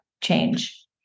change